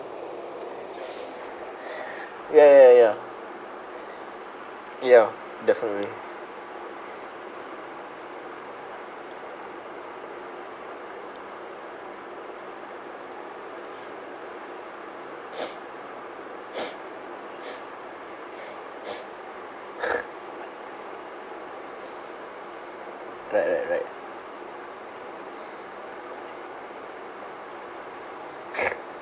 ya ya ya ya definitely right right right